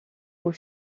aux